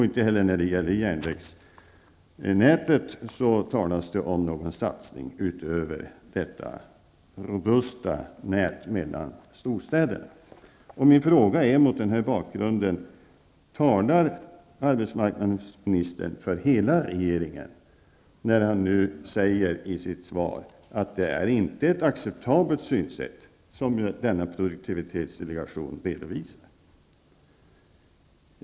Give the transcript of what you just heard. Inte heller när det gäller järnvägsnätet talas det om någon satsning utöver detta robusta nät mellan storstäderna. Min fråga är mot denna bakgrund: Talar arbetsmarknadsministern för hela regeringen när han säger i sitt svar att det inte är ett acceptabelt synsätt som produktivitetsdelegationen redovisar.